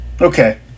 Okay